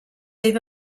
eve